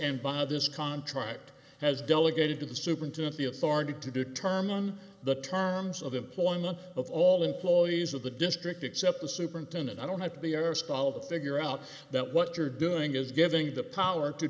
and by this contract has delegated to the superintendent the authority to determine the terms of employment of all employees of the district except the superintendent i don't have to be our scalloped figure out that what you're doing is giving the power to